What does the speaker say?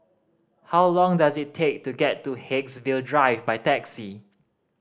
how long does it take to get to Haigsville Drive by taxi